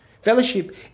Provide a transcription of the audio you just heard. Fellowship